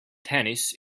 tennis